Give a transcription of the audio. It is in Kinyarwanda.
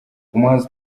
umuhanzi